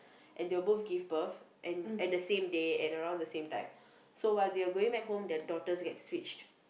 and they'll both give birth and at the same day and around the same time so while they are going back home their daughters get switched